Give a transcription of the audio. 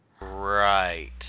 Right